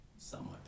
somewhat